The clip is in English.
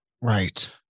right